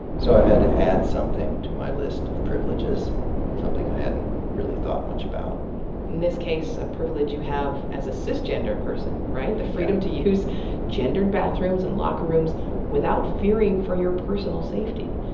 so, i've had to add something to my list of privileges something i hadn't really thought much about. in this case, a privilege you have as a cisgender person, right? the freedom to use gendered bathrooms and locker rooms without fearing for your personal safety.